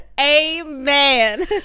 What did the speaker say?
amen